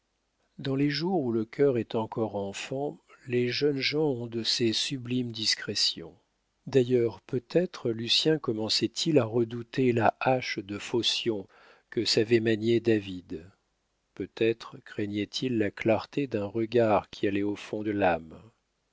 dans les jours où le cœur est encore enfant les jeunes gens ont de ces sublimes discrétions d'ailleurs peut-être lucien commençait-il à redouter la hache de phocion que savait manier david peut-être craignait-il la clarté d'un regard qui allait au fond de l'âme